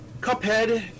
Cuphead